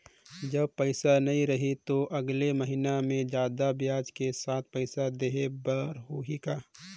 जब पइसा नहीं रही तो अगले महीना मे जादा ब्याज के साथ पइसा देहे बर होहि का?